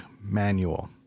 manual